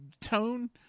tone